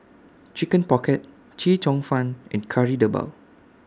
Chicken Pocket Chee Cheong Fun and Kari Debal